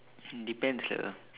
it depends lah